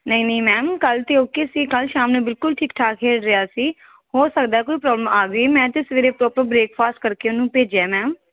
ਨਹੀਂ ਨਹੀਂ ਮੈਮ ਕੱਲ੍ਹ ਤਾਂ ਓਕੇ ਸੀ ਕੱਲ੍ਹ ਸ਼ਾਮ ਨੂੰ ਬਿਲਕੁਲ ਠੀਕ ਠਾਕ ਖੇਡ ਰਿਹਾ ਸੀ ਹੋ ਸਕਦਾ ਕੋਈ ਪ੍ਰੋਬਲਮ ਆ ਗਈ ਮੈਂ ਤਾਂ ਸਵੇਰੇ ਪ੍ਰੋਪਰ ਬ੍ਰੇਕਫਾਸਟ ਕਰਕੇ ਉਹਨੂੰ ਭੇਜਿਆ ਮੈਮ